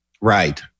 right